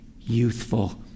youthful